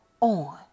on